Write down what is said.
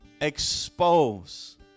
expose